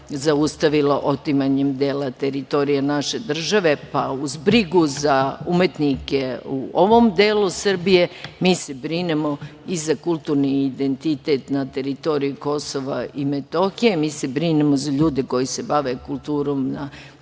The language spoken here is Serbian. zaustavilo otimanjem dela teritorije naše države, pa uz brigu za umetnike u ovom delu Srbije, mi se brinemo i za kulturni identitet na teritoriji KiM, mi se brinemo za ljude koji se bave kulturom na